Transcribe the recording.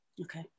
Okay